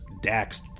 Dax